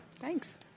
Thanks